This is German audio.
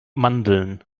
mandeln